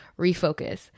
refocus